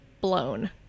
Blown